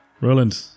Roland